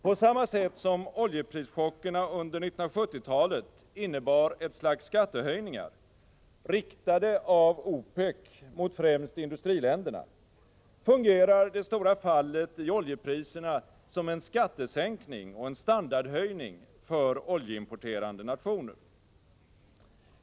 På samma sätt som oljeprischockerna under 1970-talet innebar ett slags skattehöjningar, riktade av OPEC mot främst industriländerna, fungerar det stora fallet i oljepriserna som en skattesänkning och en standardhöjning för oljeimporterande nationer.